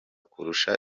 kurusha